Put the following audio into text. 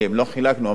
המדינה חילקה,